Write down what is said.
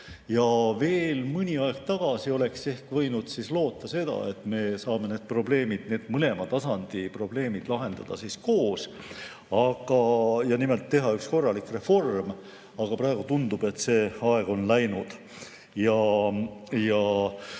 mõni aeg tagasi oleks ehk võinud loota seda, et me saame need probleemid, mõlema tasandi probleemid lahendada koos ja nimelt teha ühe korraliku reformi, aga praegu tundub, et see aeg on läinud.